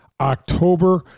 October